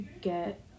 get